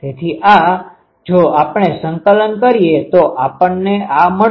તેથી આ જો આપણે સંકલન કરીએ તો આપણને આ મળશે